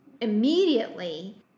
immediately